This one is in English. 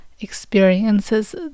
experiences